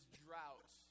drought